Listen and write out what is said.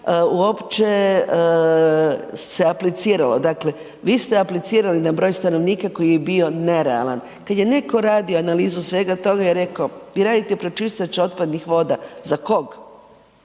uopće se apliciralo. Dakle, vi ste aplicirali na broj stanovnika koji je bio nerealan. Kada je netko radio analizu svega toga je rekao vi radite pročistač otpadnih voda, za koga?